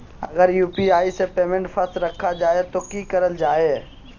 अगर यू.पी.आई से पेमेंट फस रखा जाए तो की करल जाए?